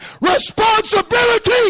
responsibility